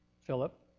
Philip